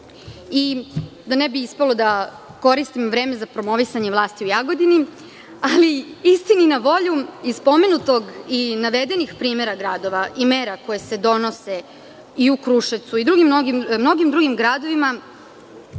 ne bi ispalo da koristim vreme za promovisanje vlasti u Jagodini, istini na volju iz pomenutog i navedenog primera gradova i mera koje se donose i u Kruševcu i mnogo drugim gradovima,